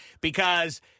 because-